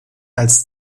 als